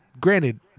granted